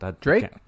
Drake